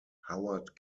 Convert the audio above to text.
howard